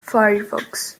firefox